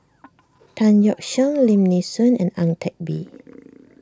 Tan Yeok Seong Lim Nee Soon and Ang Teck Bee